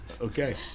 okay